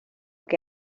que